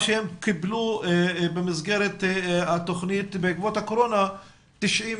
הם קיבלו במסגרת התוכנית בעקבות הקורונה, 90